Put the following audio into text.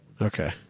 Okay